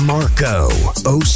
Marco